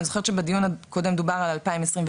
אני זוכרת שבדיון הקודם דובר על 2029,